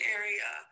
area